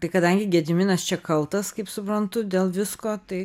tai kadangi gediminas čia kaltas kaip suprantu dėl visko tai